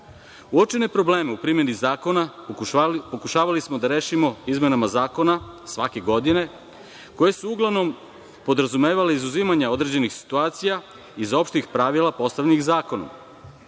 probleme u primeni zakona pokušavali smo da rešimo izmenama zakona svake godine koje su uglavnom podrazumevale izuzimanje određenih situacija iz opštih pravila postavljenih zakonom